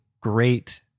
great